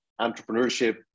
entrepreneurship